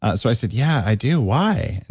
ah so, i said, yeah, i do. why? and